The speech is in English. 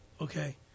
Okay